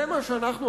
זה מה שאנחנו,